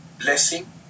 blessing